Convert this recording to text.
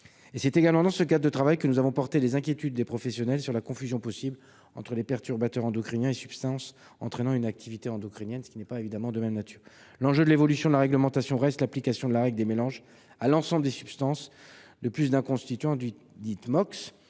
C'est également dans ce cadre que nous avons porté les inquiétudes des professionnels sur la confusion possible entre perturbateurs endocriniens et substances entraînant une activité endocrinienne- cela n'est pas de même nature. L'enjeu de l'évolution de la réglementation reste l'application de la règle des mélanges à l'ensemble des substances de plus d'un constituant, dite Mocs